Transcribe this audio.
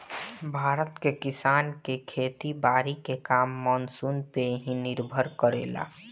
भारत के किसान के खेती बारी के काम मानसून पे ही निर्भर करेला